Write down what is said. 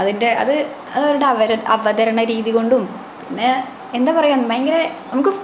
അതിൻ്റെ അത് അതവരുടെ അവരൻ അവതരണ രീതികൊണ്ടും പിന്നെ എന്താ പറയുക ഭയങ്കര നമുക്ക്